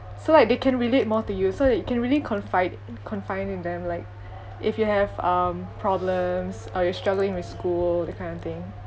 so like they can relate more to you so that you can really confide confide in them like if you have um problems or you're struggling with school that kind of thing